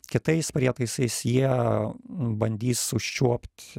kitais prietaisais jie bandys užčiuopt